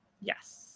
Yes